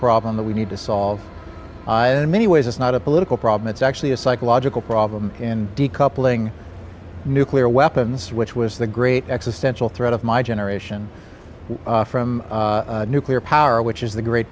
problem that we need to solve in many ways it's not a political problem it's actually a psychological problem in decoupling nuclear weapons which was the great existential threat of my generation from nuclear power which is the great